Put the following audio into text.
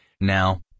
Now